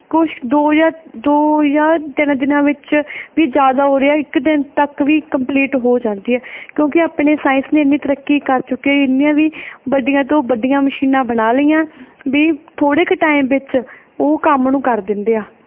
ਕੁਛ ਦੋ ਜਾਂ ਦੋ ਜਾਂ ਤਿੰਨ ਦਿਨਾਂ ਵਿੱਚ ਵੀ ਜ਼ਿਆਦਾ ਹੋ ਰਿਹਾ ਇੱਕ ਦਿਨ ਤੱਕ ਵੀ ਕੰਪਲੀਟ ਹੋ ਜਾਂਦੀ ਹੈ ਕਿਉਂਕਿ ਆਪਣੇ ਸਾਇੰਸ ਨੇ ਇੰਨੀ ਤਰੱਕੀ ਕਰ ਚੁੱਕੇ ਇੰਨੀਆਂ ਵੀ ਵੱਡੀਆਂ ਤੋਂ ਵੱਡੀਆਂ ਮਸ਼ੀਨਾਂ ਬਣਾ ਲਈਆਂ ਬਈ ਥੋੜ੍ਹੇ ਕੁ ਟਾਈਮ ਵਿੱਚ ਉਹ ਕੰਮ ਨੂੰ ਕਰ ਦਿੰਦੇ ਆ